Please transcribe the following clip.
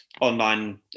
online